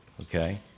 okay